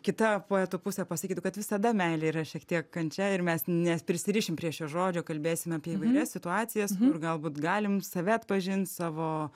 kita poetų pusė pasakytų kad visada meilė yra šiek tiek kančia ir mes neprisirišam prie šio žodžio kalbėsime apie įvairias situacijas kur galbūt galim save atpažint savo